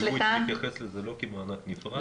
מענקים שניתנים, כמו שציינת, לכל עסק שנפגע.